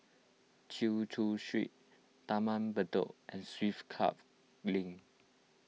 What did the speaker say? Chin Chew Street Taman Bedok and Swiss Club Link